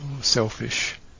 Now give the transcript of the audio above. selfish